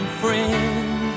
friend